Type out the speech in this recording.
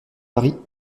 paris